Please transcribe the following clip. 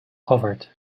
covered